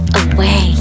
away